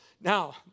Now